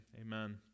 amen